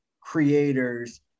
creators